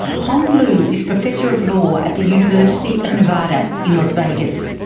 hong lu is professor of law at the university of nevada in las vegas.